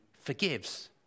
forgives